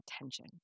attention